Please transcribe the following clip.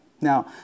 Now